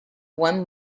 one